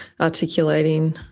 articulating